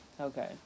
Okay